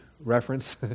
reference